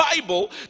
Bible